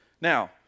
Now